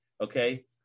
Okay